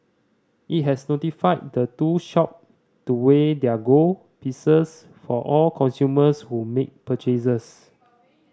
it has notified the two shop to weigh their gold pieces for all consumers who make purchases